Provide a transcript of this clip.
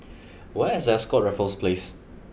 where is Ascott Raffles Place